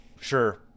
Sure